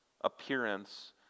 appearance